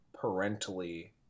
parentally